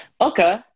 okay